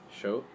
show